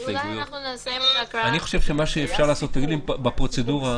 אני חושב שאפשר לסיים את ההקראה.